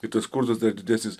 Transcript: ir tas skurdas dar didesnis